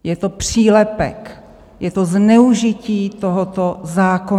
Je to přílepek, je to zneužití tohoto zákona.